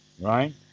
Right